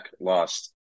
lost